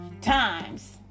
times